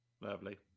lovely